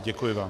Děkuji vám.